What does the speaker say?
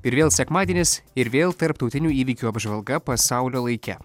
ir vėl sekmadienis ir vėl tarptautinių įvykių apžvalga pasaulio laike